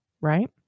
right